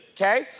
okay